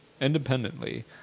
independently